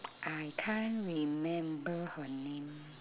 I can't remember her name